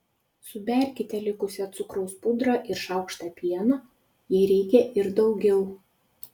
suberkite likusią cukraus pudrą ir šaukštą pieno jei reikia ir daugiau